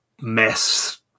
mess